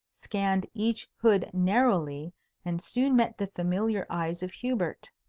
scanned each hood narrowly and soon met the familiar eyes of hubert.